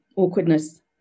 Awkwardness